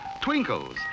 Twinkle's